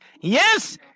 Yes